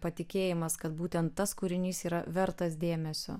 patikėjimas kad būtent tas kūrinys yra vertas dėmesio